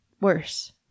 worse